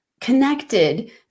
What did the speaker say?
connected